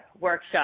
workshop